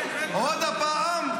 עוד פעם,